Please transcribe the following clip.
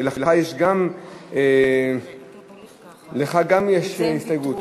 ולך גם יש הסתייגות.